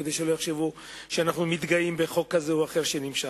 כדי שלא יחשבו שאנו מתגאים בחוק כזה או אחר שנמשך,